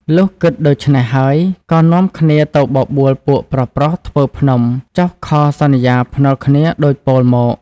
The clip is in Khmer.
លុះគិតដូចេ្នះហើយ ក៏នាំគ្នាទៅបបួល ពួកប្រុសៗធ្វើភ្នំ ចុះខសន្យាភ្នាល់គ្នាដូចពោលមក